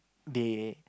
they